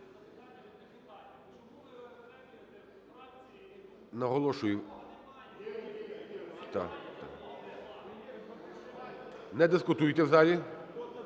Наголошую, не дискутуйте в залі.